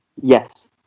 Yes